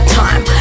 time